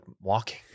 walking